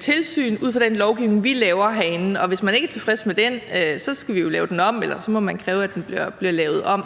tilsyn ud fra den lovgivning, vi laver herinde, og hvis man ikke er tilfreds med den, må man kræve, at den bliver lavet om.